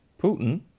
Putin